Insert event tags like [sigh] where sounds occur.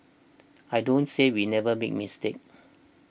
I don't say we never make mistakes [noise]